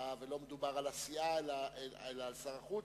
ולא מדובר על הסיעה אלא על שר החוץ,